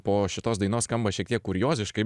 po šitos dainos skamba šiek tiek kurioziškai